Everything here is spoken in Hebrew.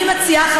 אני מציעה,